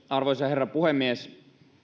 arvoisa herra puhemies